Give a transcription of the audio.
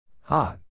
hot